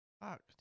Fuck